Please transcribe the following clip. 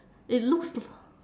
it looks